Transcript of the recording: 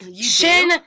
shin